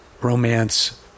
romance